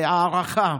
ובהערכה.